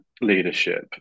leadership